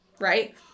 Right